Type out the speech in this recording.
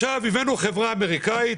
הבאנו עכשיו חברה אמריקנית,